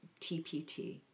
TPT